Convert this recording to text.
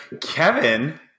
Kevin